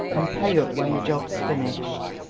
and pay up when the job's finished.